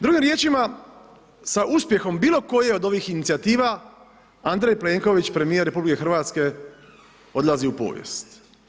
Drugim riječima, sa uspjehom bilo koje od ovih inicijativa Andrej Plenković, premijer RH odlazi u povijest.